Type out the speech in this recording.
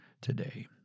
today